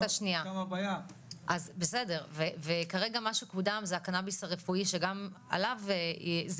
השנייה וכרגע מה שקודם זה הקנאביס הרפואי שגם עליו זה